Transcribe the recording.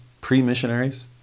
pre-missionaries